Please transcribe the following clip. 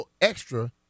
extra